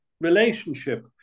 relationship